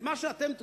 מה שאתם תקבלו,